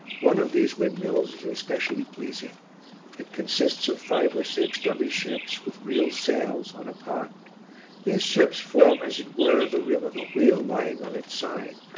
one of these windmills is especially pleasing it consists of five or six dummy ships with real sails on a pond these ships form, as it were, the rim of a wheel lying on its side,